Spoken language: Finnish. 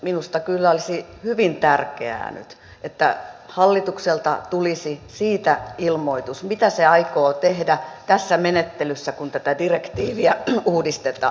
minusta kyllä olisi hyvin tärkeää nyt että hallitukselta tulisi ilmoitus siitä mitä se aikoo tehdä tässä menettelyssä kun tätä direktiiviä uudistetaan